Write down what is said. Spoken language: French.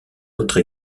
autre